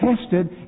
tested